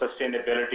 sustainability